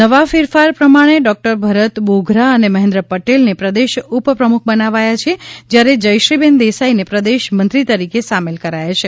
નવા ફેરફાર પ્રમાણે ડોક્ટર ભરત બોઘરા અને મહેન્દ્ર પટેલને પ્રદેશ ઉપપ્રમુખ બનાવાયા છે જ્યારે જયશ્રીબેન દેસાઇને પ્રદેશ મંત્રી તરીકે સામેલ કરાયા છે